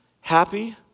happy